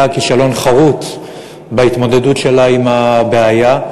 כישלון חרוץ בהתמודדות שלה עם הבעיה.